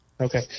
Okay